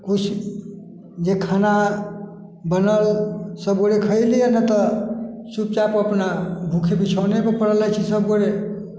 किछु जे खाना बनल सभ गोटे खयलि नहि तऽ चुपचाप अपना भुखे बिछौने पर पड़ल रहैत छी सभ गोटे